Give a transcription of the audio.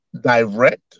direct